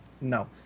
No